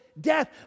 death